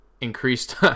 increased